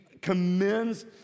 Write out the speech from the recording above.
commends